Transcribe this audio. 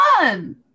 One